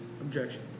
Objection